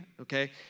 okay